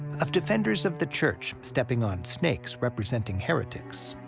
of defenders of the church stepping on snakes representing heretics,